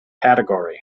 category